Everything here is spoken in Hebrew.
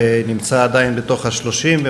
ונמצא עדיין בתוך השלושים,